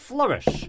Flourish